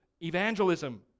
Evangelism